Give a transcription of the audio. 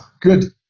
Good